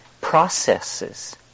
processes